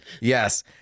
Yes